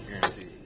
guaranteed